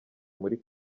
muri